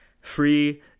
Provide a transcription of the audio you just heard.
free